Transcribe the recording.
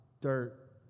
dirt